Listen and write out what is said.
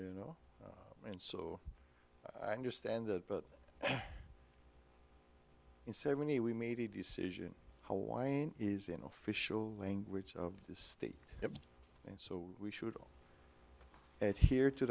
you know and so i understand that but in seventy we made a decision hawaii is in official language of the state and so we should add here to